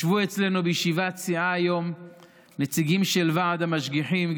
ישבו אצלנו בישיבת סיעה היום נציגים של ועד המשגיחים,